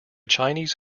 chinese